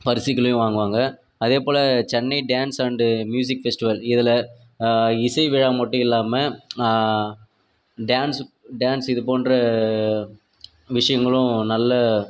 பரிசுகளையும் வாங்குவாங்க அதேப்போல் Chennai dance and music festival இதில் இசை விழா மட்டும் இல்லாமல் டான்ஸ் டான்ஸ் இதுப்போன்ற விஷயங்களும் நல்ல